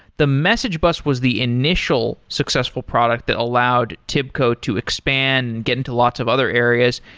the message bus was the initial successful product that allowed tibco to expand, get into lots of other areas,